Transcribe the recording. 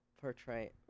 portray